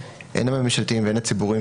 הן הממשלתיים והן הציבוריים,